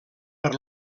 per